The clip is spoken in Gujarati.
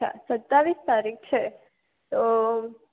અચ્છા સત્તાવીસ તારીખ છે તો